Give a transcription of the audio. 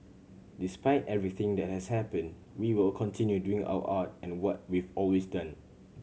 despite everything that has happened we will continue doing our art and what we've always done